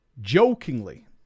Jokingly